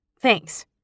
Thanks